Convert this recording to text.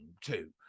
two